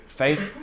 faith